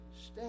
stay